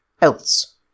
else